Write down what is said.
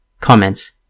Comments